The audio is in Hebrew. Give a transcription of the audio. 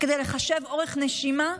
כדי לחשב אורך נשימה.